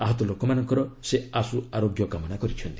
ଆହତ ଲୋକମାନଙ୍କର ସେ ଆଶୁଆରୋଗ୍ୟ କାମନା କରିଛନ୍ତି